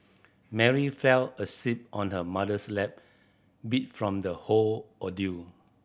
Mary fell asleep on her mother's lap beat from the whole ordeal